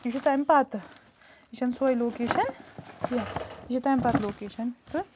یہِ چھُ تَمہِ پَتہٕ یہِ چھَنہٕ سوے لوکیشَن کیٚنہہ یہِ چھےٚ تَمہِ پَتہٕ لوکیشَن تہٕ